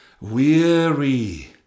Weary